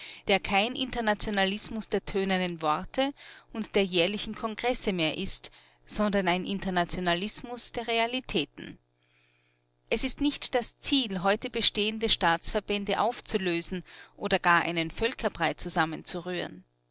der kein internationalismus der tönenden worte und der jährlichen kongresse mehr ist sondern ein internationalismus der realitäten es ist nicht das ziel heute bestehende staatsverbände aufzulösen oder gar einen völkerbrei zusammenzurühren